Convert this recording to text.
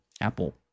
Apple